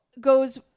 goes